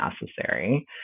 necessary